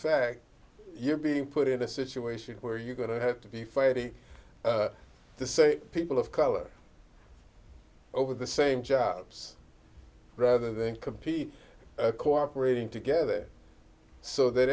fact you're being put in a situation where you're going to have to be fighting the same people of color over the same jobs rather than compete cooperating together so that